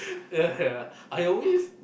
ya ya I always